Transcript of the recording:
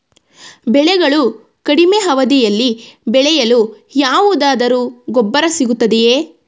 ಬೆಳೆಗಳು ಕಡಿಮೆ ಅವಧಿಯಲ್ಲಿ ಬೆಳೆಯಲು ಯಾವುದಾದರು ಗೊಬ್ಬರ ಸಿಗುತ್ತದೆಯೇ?